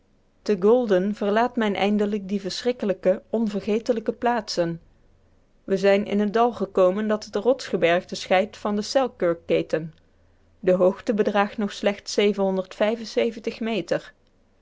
te golden verlaat men eindelijk die verschrikkelijke onvergetelijke plaatsen we zijn in het dal gekomen dat het rotsgebergte scheidt van de selkirk keten de hoogte bedraagt nog slechts meter